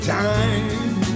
time